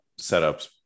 setups